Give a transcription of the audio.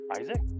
Isaac